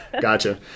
gotcha